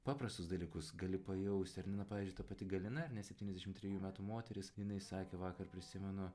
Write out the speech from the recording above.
paprastus dalykus gali pajausti ar ne na pavyzdžiui ta pati galina ar ne septyniasdešim trejų metų moteris jinai sakė vakar prisimenu